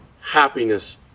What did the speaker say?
happiness